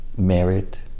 merit